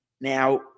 Now